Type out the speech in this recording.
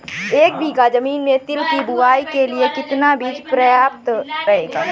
एक बीघा ज़मीन में तिल की बुआई के लिए कितना बीज प्रयाप्त रहेगा?